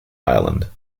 ireland